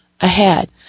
ahead